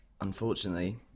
unfortunately